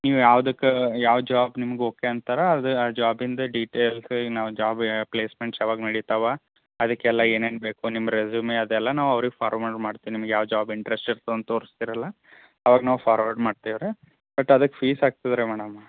ನೀವು ಯಾವ್ದುಕ್ಕೆ ಯಾವ ಜಾಬ್ ನಿಮ್ಗೆ ಓಕೆ ಅಂತಾರಾ ಅದು ಆ ಜಾಬಿಂದು ಡಿಟೇಲ್ಸ್ ಈಗ ನಾವು ಜಾಬ್ ಯಾ ಪ್ಲೆಸ್ಮೆಂಟ್ಸ್ ಯಾವಾಗ ನಡಿತಾವೆ ಅದಕೆಲ್ಲ ಏನೇನು ಬೇಕು ನಿಮ್ಮ ರೇಸುಮೆ ಅದೆಲ್ಲ ನಾವು ಅವ್ರಿಗೆ ಫಾರ್ವಡ್ ಮಾಡ್ತೀನಿ ನಿಮ್ಗೆ ಯಾವ ಜಾಬ್ ಇಂಟ್ರಸ್ಟ್ ಇರ್ತದ ಅಂತ ತೋರಿಸ್ತೀರಲ್ಲ ಅವಾಗ ನಾವು ಫಾರ್ವಡ್ ಮಾಡ್ತೇವೆ ರೀ ಬಟ್ ಅದಕ್ಕೆ ಫೀಸ್ ಆಗ್ತದ ರೀ ಮೇಡಮ್